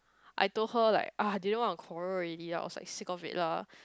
I told her like ah didn't want to quarrel already lah I was like sick of it lah